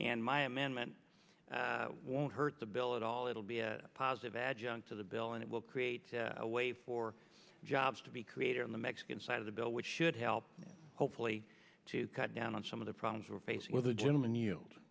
and my amendment won't hurt the bill at all it'll be a positive adjunct to the bill and it will create a way for jobs to be created on the mexican side of the bill which should help hopefully to cut down on some of the problems we're facing with the gentleman yield